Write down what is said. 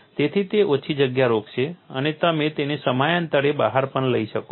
તેથી તે ઓછી જગ્યા રોકશે અને તમે તેને સમયાંતરે બહાર પણ લઈ શકો છો